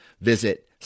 visit